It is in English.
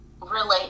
relate